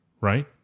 right